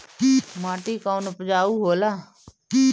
माटी कौन उपजाऊ होला?